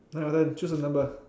ah your turn choose a number